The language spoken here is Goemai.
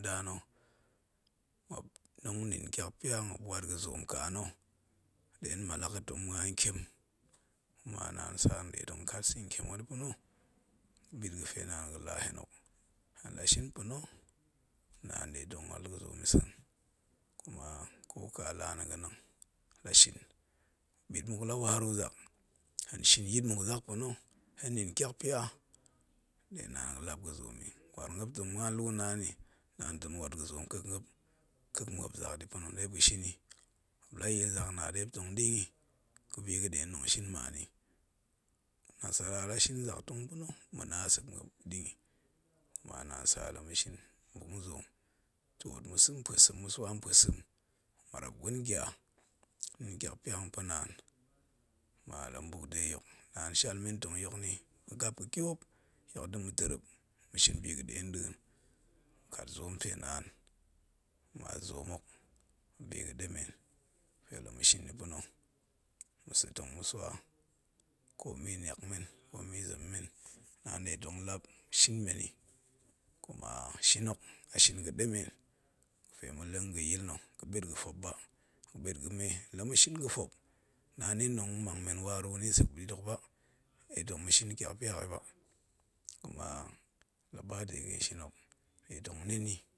Nda na̱, muop tong nin tyakpya muop wat ga̱ zoom nka̱ na̱, ɗe hen mallak yi tong muan ntiem kuma naan sa hen nɗe tong kat sa̱ntiem hok yi pa̱na̱, mbit ga̱fe naan ga̱la hen hok, hen la shin pa̱na̱, naan nɗe rong wat ga̱ zoom yi sem, kuma ko ka laa na̱ ga̱ nang, la shin, bit muk la waru zak, hen yit mma zak pa̱na̱, hen nin tyakpa ɗe naan ga̱ lap ga̱ zoom, hen waar muop tong muan lu naan nni, naan tong wat ga̱ zoom nkek muop, kek muop zak ɗi pa̱na̱ ɗe muop ga̱ shin yi, muop la ya̱a̱l zak na, ɗe muop ga̱shin yi, ga̱bi ga̱ɗe na̱ tong shin mma yi, nasara la shin zak tong pa̱na̱, ma̱na a sek muop ɗi, kuma naan sa la ma̱shi buk nzoom twoot ma̱sa̱ mpue sem ma̱swa mpue sem ma̱ marrap gwen gya nin tyak pya ma̱pa̱ naan, kuma la ma buk de yok, naan shal men tong yok nni ma̱gap ga̱tyop, yok da̱ ma̱ terrep ma̱shin bi ga̱ɗe nɗa̱a̱n, ma̱kat zoom pe naan, kuma zook hok a biga̱ ɗemen ga̱pe la ma̱shin ni pa̱na̱ komi zem men, naan nɗe tong lap shin men yi, kuma shin hok, a shin ga̱ɗemen ga̱fe ma̱leng ga̱yil nna̱ ga̱pet ga̱fop ba, ga̱bet ga̱me, lama̱ shin top, naan ɗin tong mang men waru sek ɓit hok ba ɗe tong ma̱shin tyakpya hok yi ba, kuma la ba dega̱n shin hok, ɗe tong nin yi